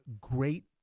great